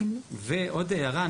ועוד הערה,